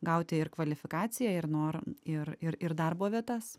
gauti ir kvalifikaciją ir noro ir ir darbo vietas